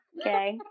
okay